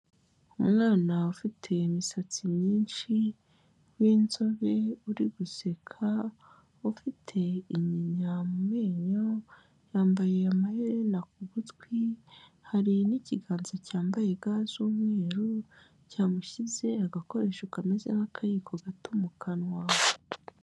Umwana ufite imisatsi myinshi w'inzobe uri guseka, ufite inyinya mu menyo, yambaye amaherena ku gutwi, hari n'ikiganza cyambaye ga z'umweru cyamushyize agakoresho kameze nk'akayiko gato mu kanwa.